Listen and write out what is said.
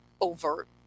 overt